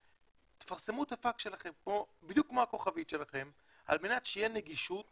תפרסמו את הפקס בדיוק כמו הכוכבית שלכם על מנת שתהיה נגישות